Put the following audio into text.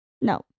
No